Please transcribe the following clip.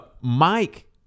Mike